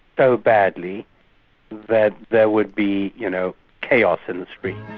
so badly that there would be you know chaos in the streets.